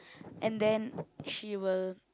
and then she will